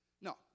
no